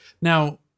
Now